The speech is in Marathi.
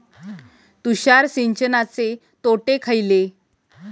तुषार सिंचनाचे तोटे खयले?